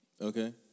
Okay